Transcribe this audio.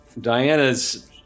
Diana's